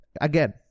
again